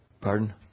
Pardon